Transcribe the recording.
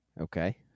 Okay